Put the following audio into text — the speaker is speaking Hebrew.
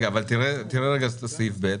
אבל תראה את סעיף (ב).